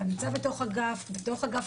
אתה נמצא בתוך אגף חולים.